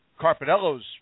Carpinello's